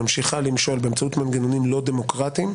ממשיכה למשול באמצעות מנגנונים לא דמוקרטיים,